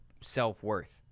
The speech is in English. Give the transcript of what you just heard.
self-worth